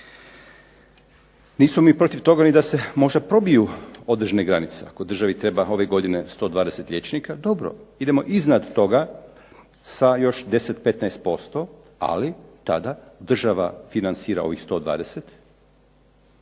mi ni protiv toga da se možda probiju određene granice. Ako državi ove godine treba 120 liječnika. Dobro. Idemo iznad toga sa još 10, 15%, ali tada država financira ovih 120,